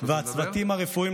והצוותים הרפואיים,